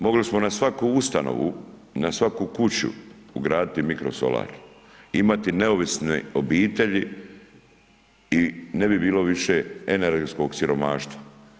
Mogli smo na svaku ustanovu, na svaku kuću ugraditi mikrosolar, imati neovisne obitelji i ne bi bilo više energetskog siromaštva.